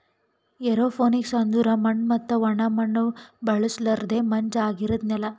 aeroponics ಅಂದುರ್ ಮಣ್ಣು ಮತ್ತ ಒಣ ಮಣ್ಣ ಬಳುಸಲರ್ದೆ ಮಂಜ ಆಗಿರದ್ ನೆಲ